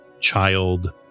child